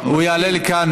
הוא יעלה לכאן,